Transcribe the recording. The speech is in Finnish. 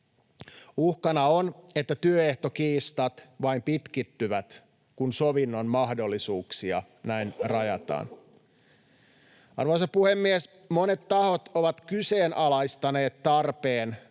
Uhkana on, että työehtokiistat vain pitkittyvät, kun sovinnon mahdollisuuksia näin rajataan. Arvoisa puhemies! Monet tahot ovat kyseenalaistaneet tarpeen luoda